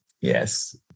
Yes